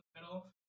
middle